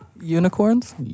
Unicorns